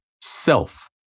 self